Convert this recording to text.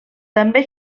també